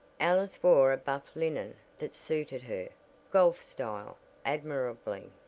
alice wore a buff linen that suited her golf style admirably.